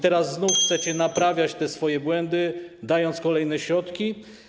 Teraz znów chcecie naprawiać te swoje błędy, dając kolejne środki.